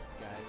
guys